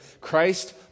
Christ